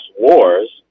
wars